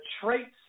traits